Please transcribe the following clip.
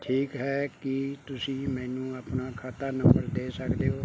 ਠੀਕ ਹੈ ਕੀ ਤੁਸੀਂ ਮੈਨੂੰ ਆਪਣਾ ਖਾਤਾ ਨੰਬਰ ਦੇ ਸਕਦੇ ਹੋ